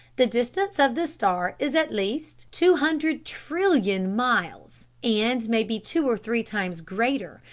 the distance of this star is at least two hundred trillion miles, and may be two or three times greater,